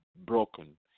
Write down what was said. broken